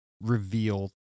reveal